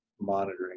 monitoring